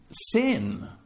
sin